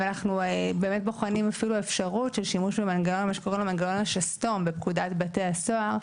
אנחנו בוחנים אפילו אפשרות של שימוש במנגנון השסתום בפקודת בתי הסוהר,